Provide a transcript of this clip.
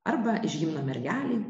arba iš himno mergelei